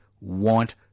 want